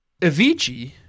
Avicii